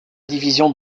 division